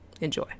Enjoy